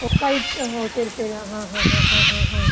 ഓ കഴിക്കുമോ ശരി ശരി ആ ഹാ ഹാ ഹാ ഹാ ഹാ ഹാ